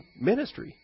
ministry